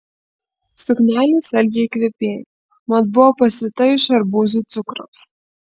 suknelė saldžiai kvepėjo mat buvo pasiūta iš arbūzų cukraus